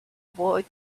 avoid